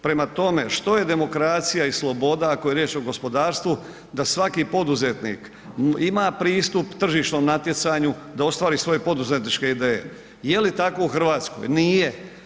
Prema tome, što je demokracija i sloboda ako je riječ o gospodarstvu da svaki poduzetnik ima pristup tržišnom natjecanju, da ostvari svoje poduzetničke ideje, je li tako u Hrvatskoj, nije.